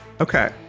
Okay